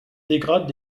dégrade